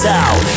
out